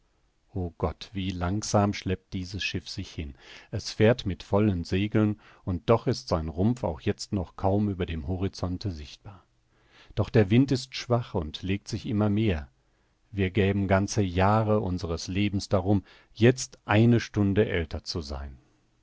o gott wie langsam schleppt dieses schiff sich hin es fährt mit vollen segeln und doch ist sein rumpf auch jetzt noch kaum über dem horizonte sichtbar doch der wind ist schwach und legt sich immer mehr wir gäben ganze jahre unseres lebens darum jetzt eine stunde älter zu sein